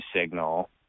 signal